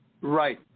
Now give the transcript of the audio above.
right